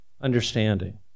understanding